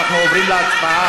אנחנו עוברים להצבעה.